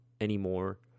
anymore